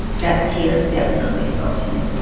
that tear definitely spoke to me